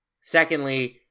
Secondly